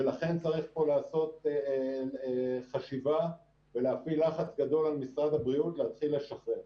ולכן צריך לעשות חשיבה ולהפעיל לחץ גדול על משרד הבריאות להתחיל לשחרר.